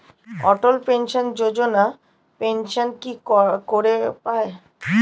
অটল pension Yojana pension কি করে পায়?